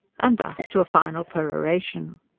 and thus to a final peroration.